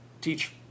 teach